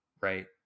right